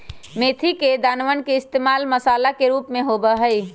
मेथी के दानवन के इश्तेमाल मसाला के रूप में होबा हई